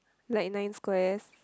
like nine squares